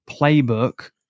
playbook